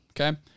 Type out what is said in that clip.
Okay